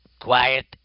Quiet